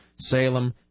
Salem